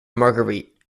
marguerite